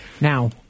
Now